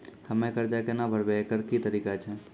हम्मय कर्जा केना भरबै, एकरऽ की तरीका छै?